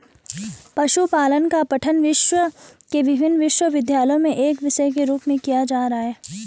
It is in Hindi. पशुपालन का पठन विश्व के विभिन्न विश्वविद्यालयों में एक विषय के रूप में किया जा रहा है